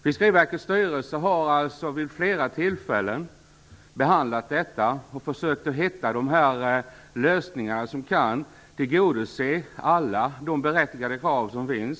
Fiskeriverkets styrelse har alltså vid flera tillfällen behandlat frågan och försökt hitta de lösningar som kan tillgodose alla de berättigade krav som ställs.